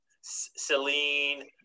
Celine